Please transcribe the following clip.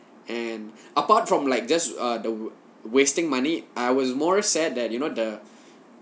and apart from like just err the wasting money I was more sad that you know the